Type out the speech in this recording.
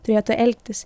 turėtų elgtis